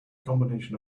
combination